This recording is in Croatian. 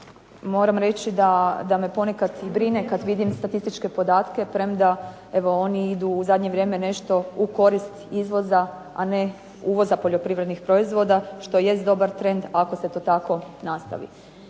moram reći da me ponekad i brine kad vidim statističke podatke, premda evo oni idu u zadnje vrijeme nešto u korist izvoza a ne uvoza poljoprivrednih proizvoda, što jest dobar trend ako se to tako nastavi.